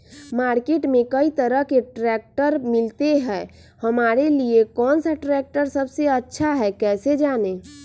Market में कई तरह के ट्रैक्टर मिलते हैं हमारे लिए कौन सा ट्रैक्टर सबसे अच्छा है कैसे जाने?